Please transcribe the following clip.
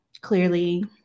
clearly